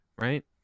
right